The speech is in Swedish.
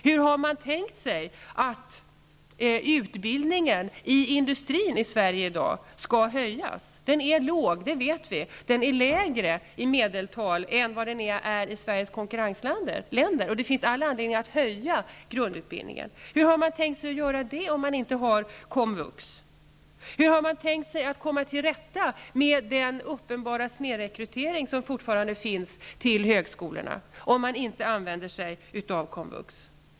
Hur har man tänkt sig att utbildningsnivån i industrin i Sverige i dag skall höjas? Den är låg, det vet vi. Den är lägre i medeltal än vad den är i Sveriges konkurrentländer, och det finns all anledning att höja grundutbildningen. Hur har man tänkt sig att göra det om man inte har komvux? Hur har man tänkt sig att komma till rätta med den uppenbara snedrekrytering som fortfarande finns till högskolorna om man inte använder sig av komvux?